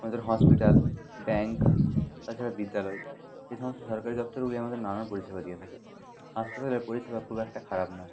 আমাদের hospital bank তাছাড়া বিদ্যালয় এ সমস্ত সরকারি দফতরগুলি আমাদের নানান পরিষেবা দিয়ে থাকে হাসপাতালের পরিষেবা খুব একটা খারাপ না